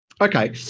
okay